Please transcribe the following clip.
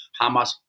Hamas